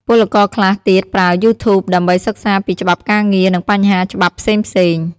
ពលករខ្លះទៀតប្រើ YouTube ដើម្បីសិក្សាពីច្បាប់ការងារ និងបញ្ហាច្បាប់ផ្សេងៗ។